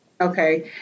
Okay